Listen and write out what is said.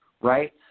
right